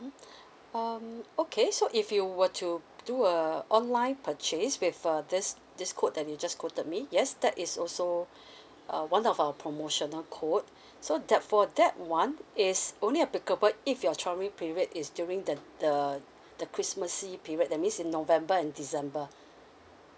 um okay so if you were to do a online purchase with err this this quote that you just quoted me yes that is also uh one of our promotional code so that for that one is only applicable if your travelling period is during the the the christmas period that means in november and december